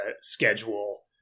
schedule